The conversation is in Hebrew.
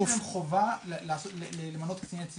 יש להם חובה למנות קציני ציות.